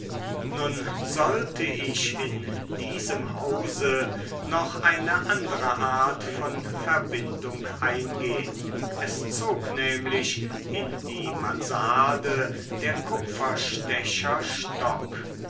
nun sollte ich in diesem hause noch eine andere art von verbindung eingehen es zog nämlich in die mansarde der kupferstecher stock